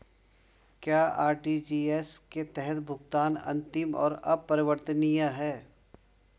क्या आर.टी.जी.एस के तहत भुगतान अंतिम और अपरिवर्तनीय है?